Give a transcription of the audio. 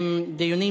עם דיונים,